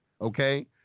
okay